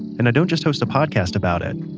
and i don't just host a podcast about it,